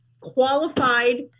qualified